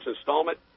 installment